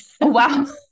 Wow